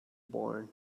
born